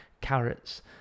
carrots